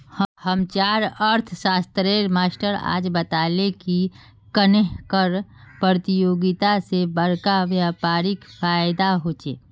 हम्चार अर्थ्शाश्त्रेर मास्टर आज बताले की कन्नेह कर परतियोगिता से बड़का व्यापारीक फायेदा होचे